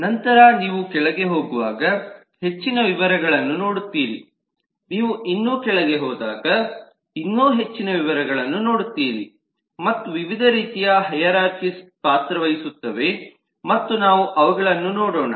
ನಂತರ ನೀವು ಕೆಳಗೆ ಹೋಗುವಾಗ ಹೆಚ್ಚಿನ ವಿವರಗಳನ್ನು ನೋಡುತ್ತೀರಿ ನೀವು ಇನ್ನೂ ಕೆಳಗೆ ಹೋದಾಗ ಇನ್ನೂ ಹೆಚ್ಚಿನ ವಿವರಗಳನ್ನು ನೋಡುತ್ತೀರಿ ಮತ್ತು ವಿವಿಧ ರೀತಿಯ ಹೈರಾರ್ಖೀಸ್ ಪಾತ್ರವಹಿಸುತ್ತವೆ ಮತ್ತು ನಾವು ಅವುಗಳನ್ನು ನೋಡೋಣ